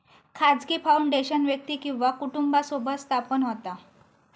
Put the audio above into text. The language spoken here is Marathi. खाजगी फाउंडेशन व्यक्ती किंवा कुटुंबासोबत स्थापन होता